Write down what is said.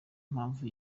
mpamvu